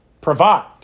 provide